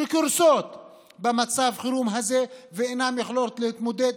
שקורסות במצב החירום הזה ואינן יכולות להתמודד,